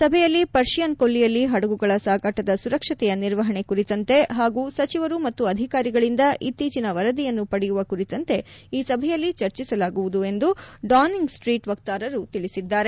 ಸಭೆಯಲ್ಲಿ ಪರ್ಷಿಯನ್ ಕೊಲ್ಲಿಯಲ್ಲಿ ಹಡಗುಗಳ ಸಾಗಾಟದ ಸುರಕ್ಷತೆಯ ನಿರ್ವಹಣೆ ಕುರಿತಂತೆ ಹಾಗೂ ಸಚಿವರು ಮತ್ತು ಅಧಿಕಾರಿಗಳಿಂದ ಇತ್ತೀಚಿನ ವರದಿಯನ್ನು ಪಡೆಯುವ ಕುರಿತಂತೆ ಈ ಸಭೆಯಲ್ಲಿ ಚರ್ಚಿಸಲಾಗುವುದು ಎಂದು ಡಾನಿಂಗ್ ಸ್ಸೀಟ್ ವಕ್ತಾರರು ತಿಳಿಸಿದ್ದಾರೆ